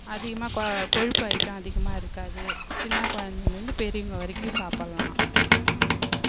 அதிகமாக க கொழுப்பு ஐட்டம் அதிகமாக இருக்காது சின்ன குழந்தைங்கலேந்து பெரியவங்க வரைக்கும் சாப்பிட்லாம்